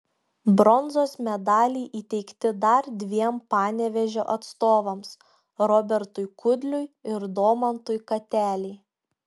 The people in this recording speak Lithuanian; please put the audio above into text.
bronzos medaliai įteikti dar dviem panevėžio atstovams robertui kudliui ir domantui katelei